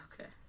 okay